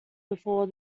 before